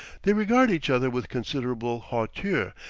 they regard each other with considerable hauteur,